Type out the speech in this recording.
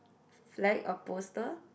flag or poster